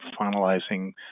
finalizing